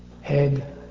head